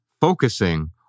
focusing